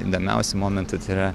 įdomiausių momentų tai yra